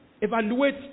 evaluate